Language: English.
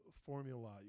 formula